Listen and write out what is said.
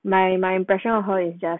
my my impression of her is just